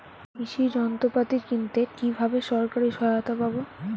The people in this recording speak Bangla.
কৃষি যন্ত্রপাতি কিনতে কিভাবে সরকারী সহায়তা পাব?